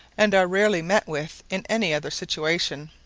and are rarely met with in any other situation.